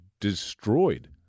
destroyed